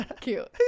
Cute